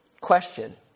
Question